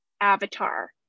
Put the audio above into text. avatar